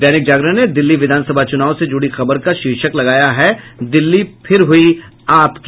दैनिक जागरण ने दिल्ली विधानसभा चुनाव से जुड़ी खबर का शीर्षक लगाया है दिल्ली फिर हुई आप की